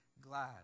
glad